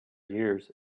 years